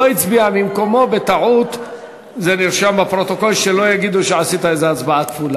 רבותי, הצעת החוק תועלה, תשובה והצבעה במועד אחר.